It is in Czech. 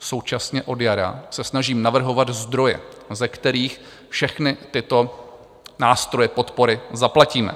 Současně od jara se snažím navrhovat zdroje, ze kterých všechny tyto nástroje podpory zaplatíme.